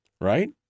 Right